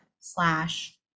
slash